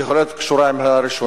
שיכולה להיות קשורה עם הראשונה,